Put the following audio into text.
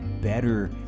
better